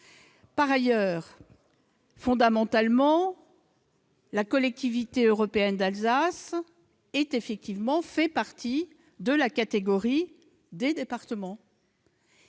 Par ailleurs, fondamentalement, la Collectivité européenne d'Alsace fait partie de la catégorie des départements,